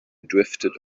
drifted